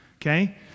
Okay